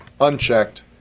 unchecked